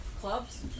clubs